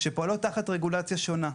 שפועלות תחת רגולציה שונה.